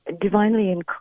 divinely